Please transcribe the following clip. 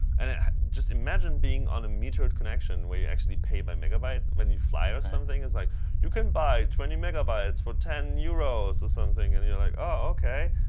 and just imagine being on a metered connection where you actually pay by megabyte when you fly or something. it's like you can buy twenty megabytes for ten euros or something. and you're like, oh, ok.